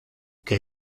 que